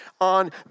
on